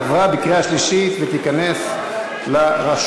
עברה בקריאה שלישית ותיכנס לרשומות.